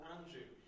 Andrew